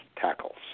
tackles